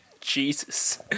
Jesus